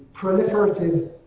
proliferative